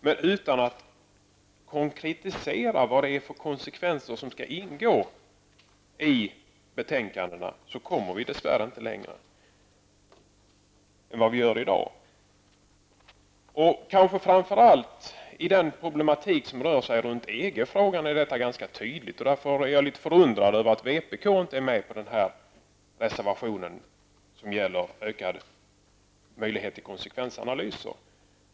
Men om man inte i betänkandena konkretiserar vad det är för konsekvenser som skall ingå kommer vi dess värre inte längre än vad vi gjort i dag. Detta är framför allt ganska tydligt i den problematik som rör sig om EG-frågorna. Därför är jag litet förvånad över att vänsterpartiet inte är med på reservationen som gäller ökade möjligheter till konsekvensanalyser.